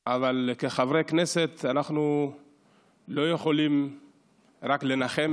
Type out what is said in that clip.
אבל כחברי כנסת אנחנו לא יכולים רק לנחם,